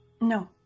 no